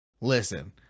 Listen